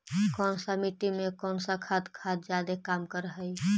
कौन सा मिट्टी मे कौन सा खाद खाद जादे काम कर हाइय?